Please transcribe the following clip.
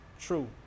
true